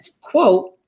quote